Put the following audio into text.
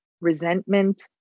resentment